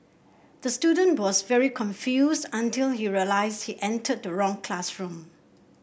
the student was very confused until he realised he entered the wrong classroom